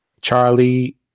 Charlie